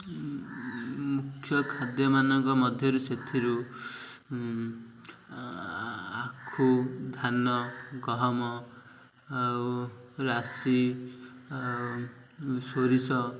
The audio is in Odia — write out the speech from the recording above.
ମୁଖ୍ୟ ଖାଦ୍ୟମାନଙ୍କ ମଧ୍ୟରୁ ସେଥିରୁ ଆଖୁ ଧାନ ଗହମ ଆଉ ରାଶି ଆଉ ସୋରିଷ